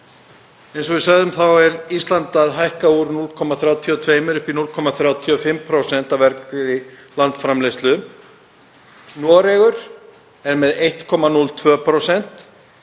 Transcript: Eins og hér var sagt er Ísland að hækka úr 0,32 upp í 0,35% af vergri landsframleiðslu. Noregur er með 1,02%,